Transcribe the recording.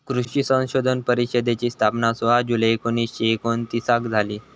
कृषी संशोधन परिषदेची स्थापना सोळा जुलै एकोणीसशे एकोणतीसाक झाली